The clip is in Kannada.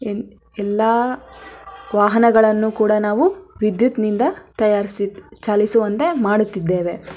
ಎನ್ ಎಲ್ಲ ವಾಹನಗಳನ್ನು ಕೂಡ ನಾವು ವಿದ್ಯುತ್ತಿನಿಂದ ತಯಾರಿಸಿ ಚಲಿಸುವಂತೆ ಮಾಡುತ್ತಿದ್ದೇವೆ